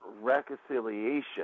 reconciliation